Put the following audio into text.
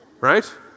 right